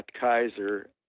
Kaiser